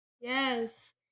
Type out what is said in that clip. yes